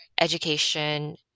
education